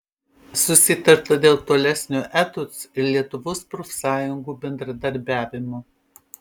susitarta dėl tolesnio etuc ir lietuvos profsąjungų bendradarbiavimo